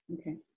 Okay